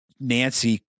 Nancy